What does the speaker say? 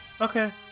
Okay